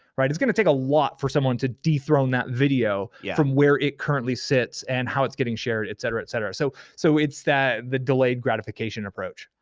right? it's gonna take a lot for someone to dethrone that video from where it currently sits and how it's getting shared, et cetera, et cetera. so so it's the delayed gratification approach.